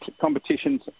competitions